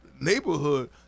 neighborhood